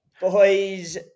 Boys